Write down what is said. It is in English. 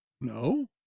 no